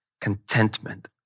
contentment